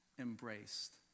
embraced